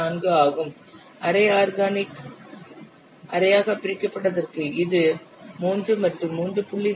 4 ஆகும் அரை ஆர்கானிக் அரையாக பிரிக்கப்பட்டதற்கு இது 3 மற்றும் 3